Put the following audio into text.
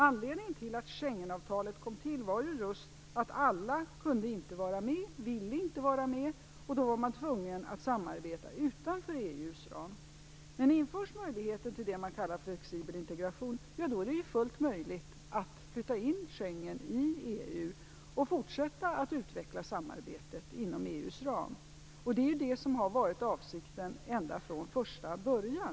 Anledningen till att Schengenavtalet kom till stånd var att alla inte ville och inte kunde vara med. Då var man tvungen att samarbeta utanför EU:s ram. Om möjligheten till flexibel integration införs är det fullt möjligt att flytta in Schengensamarbetet i EU och fortsätta att utveckla samarbetet inom EU:s ram. Det har varit avsikten ända från första början.